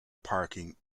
parking